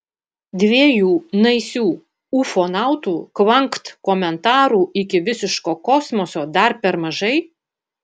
dviejų naisių ufonautų kvankt komentarų iki visiško kosmoso dar per mažai